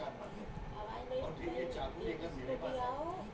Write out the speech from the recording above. प्याज में कवने मशीन से गुड़ाई होई?